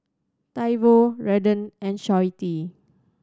Toivo Redden and Shawnte